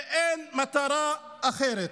ואין מטרה אחרת.